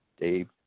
Dave